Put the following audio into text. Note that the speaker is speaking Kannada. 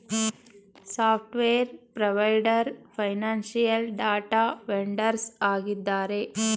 software provider, financial data vendors ಆಗಿದ್ದಾರೆ